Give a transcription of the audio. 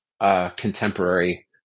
contemporary